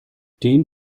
den